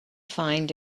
find